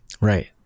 Right